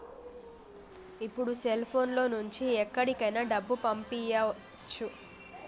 ఇప్పుడు సెల్ఫోన్ లో నుంచి ఎక్కడికైనా డబ్బులు పంపియ్యచ్చు